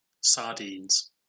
Sardines